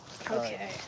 Okay